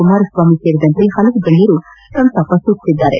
ಕುಮಾರಸ್ವಾಮಿ ಸೇರಿದಂತೆ ಹಲವು ಗಣ್ಯರು ಸಂತಾಪ ಸೂಚಿಸಿದ್ದಾರೆ